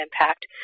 impact